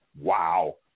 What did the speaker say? wow